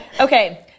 Okay